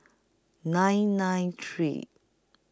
nine nine three